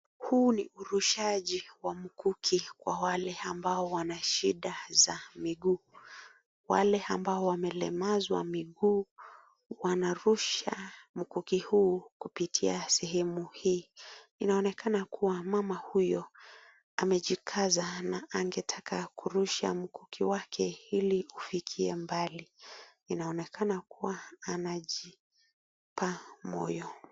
Huu ni urushaji wa mkuki kwa wale ambao wanashida za miguu, wale ambao wamelamazwa miguu, wanarusha mkuki huu, kupitia sehemu hii. Inaonekana kuwa mama huyo amejikaza na angetaka kurusha mkuki wake ili ufikie mbali, inaonekana kuwa anajipa moyo.